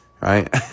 right